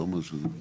לתכנון ובניה.